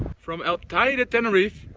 from el teide tenerife,